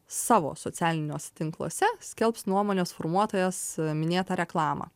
savo socialiniuose tinkluose skelbs nuomonės formuotojas minėtą reklamą